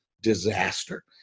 disaster